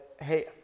hey